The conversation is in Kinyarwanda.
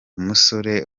musore